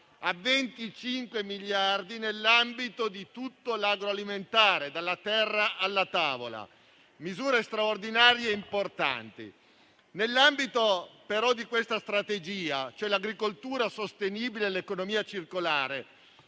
a 25 miliardi nell'ambito di tutto l'agroalimentare, dalla terra alla tavola. Si tratta di misure straordinarie e importanti. Nell'ambito di questa strategia, e cioè l'agricoltura sostenibile e l'economia circolare,